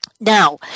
Now